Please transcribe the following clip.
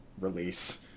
release